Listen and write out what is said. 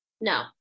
No